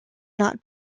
not